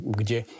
kde